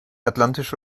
atlantische